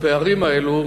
הפערים האלו,